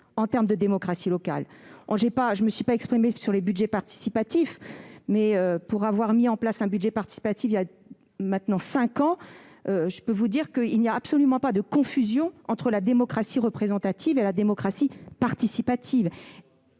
menées dans certaines communes. Je ne me suis pas exprimée sur les budgets participatifs, mais, pour avoir mis en place un budget participatif voilà maintenant cinq ans, je puis vous affirmer qu'il n'existe aucune confusion entre la démocratie représentative et la démocratie participative.